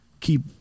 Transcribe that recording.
keep